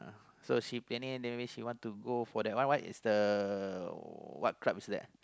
so she planning the way she want to go for that one what is the what club is that